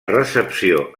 recepció